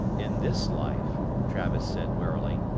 in this life, travis said warily,